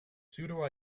pseudo